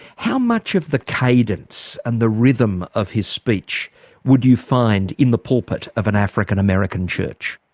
how much of the cadence and the rhythm of his speech would you find in the pulpit of an african american church?